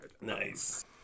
Nice